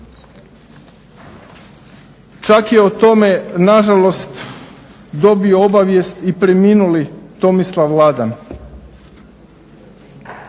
Čak je o tome nažalost dobio obavijest i preminuli Tomislav Ladan.